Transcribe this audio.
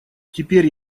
теперь